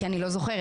כי אני לא זוכרת.